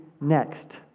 next